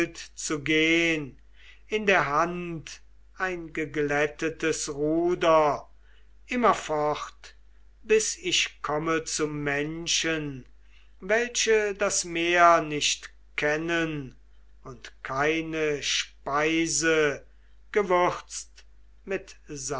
zu gehn in der hand ein geglättetes ruder immerfort bis ich komme zu menschen welche das meer nicht kennen und keine speise gewürzt mit